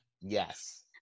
Yes